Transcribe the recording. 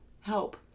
help